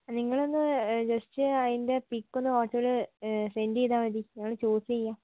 നിങ്ങളൊന്ന് ജസ്റ്റ് അതിൻ്റെ പിക്കൊന്ന് വാട്ട്സപ്പില് സെൻഡ് ചെയ്താൽ മതി ഞങ്ങൾ ചൂസ് ചെയ്യാം